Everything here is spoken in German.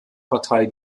partei